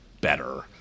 better